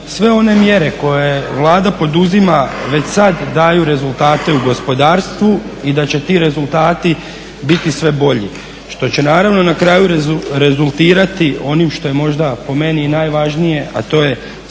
sve one mjere koje Vlada poduzima već sad daju rezultate u gospodarstvu i da će ti rezultati biti sve bolji što će naravno na kraju rezultirati onim što je možda po meni i najvažnije, a to je smanjenjem